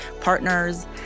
partners